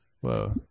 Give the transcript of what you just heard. Whoa